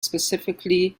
specifically